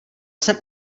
jsem